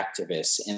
activists